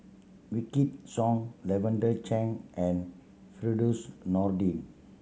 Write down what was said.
Wykidd Song Lavender Chang and Firdaus Nordin